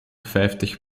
vijftig